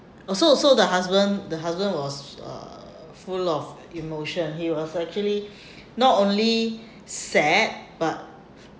also also the husband the husband was uh full of emotion he was actually n not only sad but